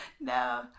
No